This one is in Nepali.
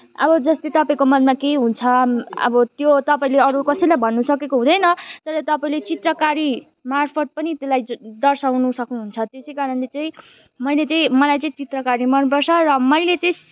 अब जस्तै तपाईँको मनमा के हुन्छ अब त्यो तपाईँले अरू कसैलाई भन्नु सकेको हुँदैन तर तपाईँले चित्रकारीमार्फत पनि त्यसलाई दर्साउनु सक्नुहुन्छ त्यसै कारणले चाहिँ मैले चाहिँ मलाई चाहिँ चित्रकारी मनपर्छ र मैले चाहिँ